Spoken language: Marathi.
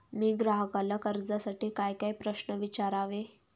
मी ग्राहकाला कर्जासाठी कायकाय प्रश्न विचारावे?